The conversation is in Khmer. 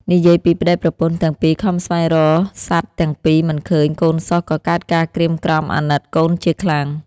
និយាយពីប្ដីប្រពន្ធទាំងពីរខំស្វែងរកសព្វទីមិនឃើញកូនសោះក៏កើតការក្រៀមក្រំអាណិតកូនជាខ្លាំង។